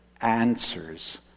answers